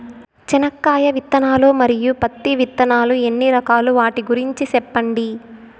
చెనక్కాయ విత్తనాలు, మరియు పత్తి విత్తనాలు ఎన్ని రకాలు వాటి గురించి సెప్పండి?